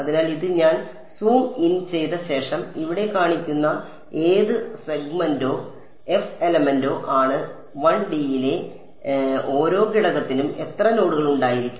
അതിനാൽ ഇത് ഞാൻ സൂം ഇൻ ചെയ്ത ശേഷം ഇവിടെ കാണിക്കുന്ന എത് സെഗ്മെന്റോ എഥ് എലമെന്റോ ആണ് 1D യിലെ ഓരോ ഘടകത്തിനും എത്ര നോഡുകൾ ഉണ്ടായിരിക്കും